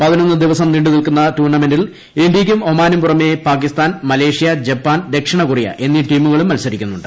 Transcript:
പതിനൊന്ന് ദിവസം നീണ്ടു നിൽക്കുന്ന ടൂർണമെന്റിൽ ഇന്ത്യയ്ക്കും ഒമാനും പുറമെ പാക്കിസ്ഥാൻ മലേഷ്യ ജപ്പാൻ ദക്ഷിണ കൊറിയ എന്നീ ടീമുകളും മത്സരിക്കുന്നുണ്ട്